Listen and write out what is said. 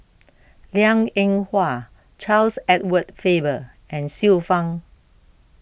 Liang Eng Hwa Charles Edward Faber and Xiu Fang